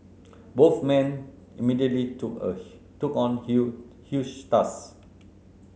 both men immediately took took on huge tasks